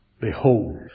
Behold